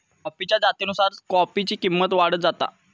कॉफीच्या जातीनुसार कॉफीची किंमत वाढत जाता